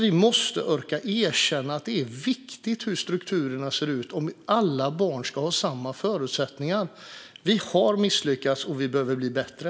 Vi måste orka erkänna att det är viktigt hur strukturerna ser ut om alla barn ska ha samma förutsättningar. Vi har misslyckats, och vi behöver bli bättre.